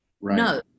No